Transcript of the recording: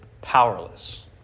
powerless